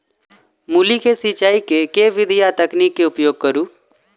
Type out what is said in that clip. मूली केँ सिचाई केँ के विधि आ तकनीक केँ उपयोग करू?